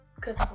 good